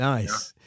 Nice